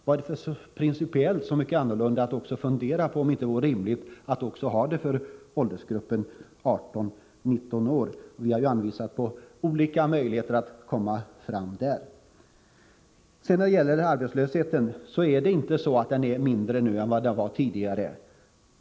Vad är det som är principiellt annorlunda med att fundera över om det inte vore rimligt att ha det också för åldersgruppen 18-19-åringar? Vi har anvisat olika möjligheter att komma fram på den vägen. Det är inte så att arbetslösheten är mindre nu än den var tidigare.